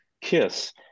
Kiss